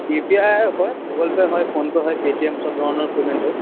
U P I হয় Google Pay হয় PhonePe' হয় পে'টিএম সব ধৰণৰ পে'মেণ্ট হয়